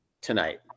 tonight